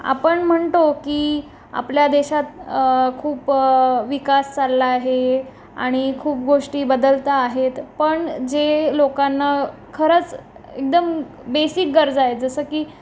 आपण म्हणतो की आपल्या देशात खूप विकास चालला आहे आणि खूप गोष्टी बदलता आहेत पण जे लोकांना खरंच एकदम बेसिक गरजा आहेत जसं की